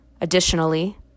Additionally